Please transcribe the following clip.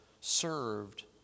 served